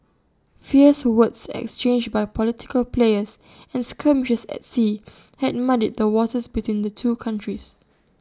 fierce words exchanged by political players and skirmishes at sea had muddied the waters between the two countries